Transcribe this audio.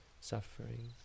suffering